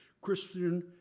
Christian